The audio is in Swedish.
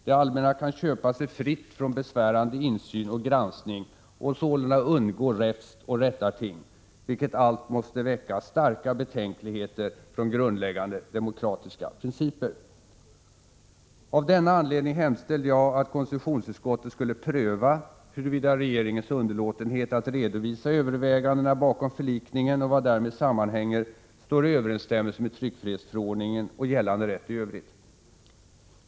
Det allmänna kan köpa sig fritt från besvärande insyn och granskning och sålunda undgå räfst och rättarting, vilket allt måste väcka starka betänkligheter när det gäller grundläggande demokratiska principer. Av denna anledning hemställde jag att konstitutionsutskottet skulle pröva huruvida regeringens underlåtenhet att redovisa övervägandena bakom förlikningen och vad därmed sammanhänger står i överensstämmelse med tryckfrihetsförordningen och gällande rätt i övrigt.